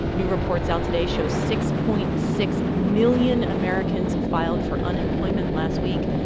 new reports out today show six point six million americans filed for unemployment last week,